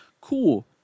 cool